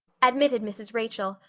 admitted mrs. rachel,